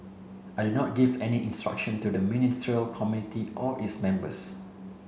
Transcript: I do not give any instruction to the Ministerial Committee or its members